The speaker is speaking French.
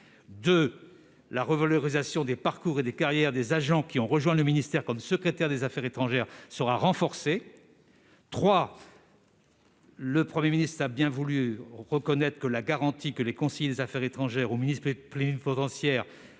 la revalorisation des parcours et des carrières des agents qui ont rejoint le ministère comme secrétaire des affaires étrangères sera renforcée. En outre, le Premier ministre a bien voulu garantir que les conseillers des affaires étrangères ou ministres plénipotentiaires